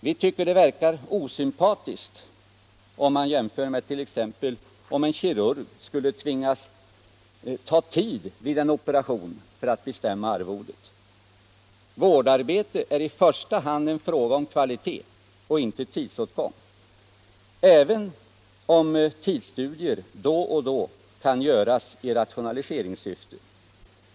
Vi tycker det vore osympatiskt om t.ex. en kirurg skulle tvingas ta tid vid en operation för att bestämma arvodet. Vårdarbetet är i första hand en fråga om kvalitet och inte om tidsåtgång, även om tidsstudier då och då kan göras i rationaliseringssyfte.